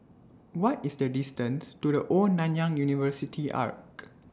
What IS The distance to The Old Nanyang University Arch